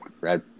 Red